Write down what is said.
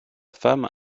femme